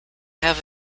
have